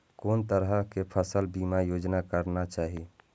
कोन तरह के फसल बीमा योजना कराना चाही?